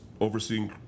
overseeing